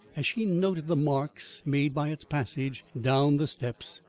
as she noted the marks made by its passage down the steps,